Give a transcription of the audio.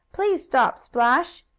please stop splash!